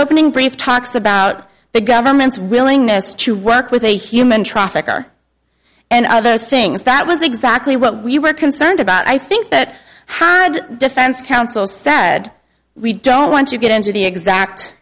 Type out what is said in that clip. opening brief talks about the government's willingness to work with a human traffic or and other things that was exactly what we were concerned about i think that had defense counsel said we don't want to get into the exact